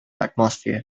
atmosphere